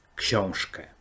książkę